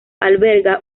alberga